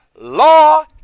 law